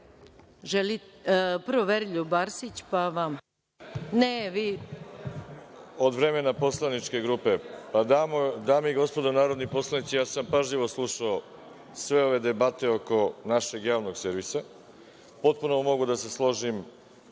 Od vremena poslaničke grupe. Dame i gospodo narodni poslanici, ja sam pažljivo slušao sve ove debate oko našeg javnog servisa. Potpuno mogu da se složim